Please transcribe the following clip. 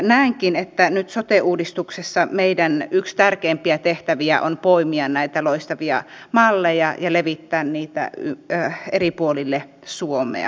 näenkin että nyt sote uudistuksessa yksi meidän tärkeimpiä tehtäviä on poimia näitä loistavia malleja ja levittää niitä eri puolille suomea